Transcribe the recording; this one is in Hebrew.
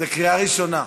קריאה ראשונה.